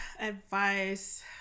advice